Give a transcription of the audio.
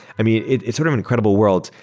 i mean, it is sort of incredible world.